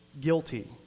guilty